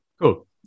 Cool